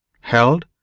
held